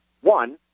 One